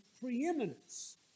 preeminence